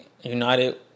united